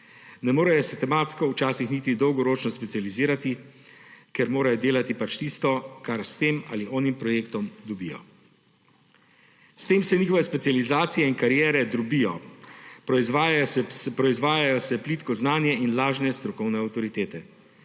Ne morejo se tematsko včasih niti dolgoročno specializirati, ker morajo delati pač tisto, kar s tem ali onim projektom dobijo. S tem se njihove specializacije in kariere drobijo. Proizvajajo se plitko znanje in lažne strokovne avtoritete.